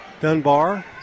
Dunbar